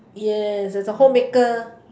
yes as a homemaker